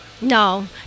no